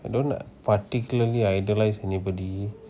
I don't particularly idolize anybody